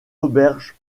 auberge